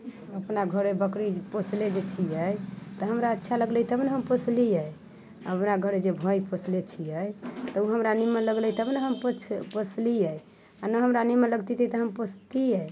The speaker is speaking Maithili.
अपना घरे बकरी जे पोसले जे छियै तऽ हमरा अच्छा लगलै तब ने हम पोसलियै अपना घरे जे भैँस पोसले जे छियै तऽ उ हमरा नीमन लगलै तब ने हम पोछ पोसलियै आओर नहि हमरा नीमन लगितै तऽ हम पोसितियै